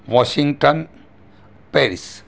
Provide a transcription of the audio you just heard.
Washington Paris